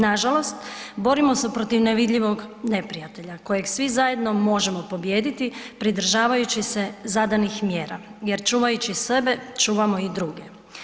Nažalost, borimo se protiv nevidljivog neprijatelja kojeg svi zajedno možemo pobijediti pridržavajući se zadanih mjera jer čuvajući sebe, čuvamo i druge.